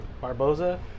Barboza